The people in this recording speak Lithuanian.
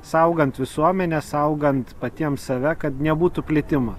saugant visuomenę saugant patiem save kad nebūtų plitimo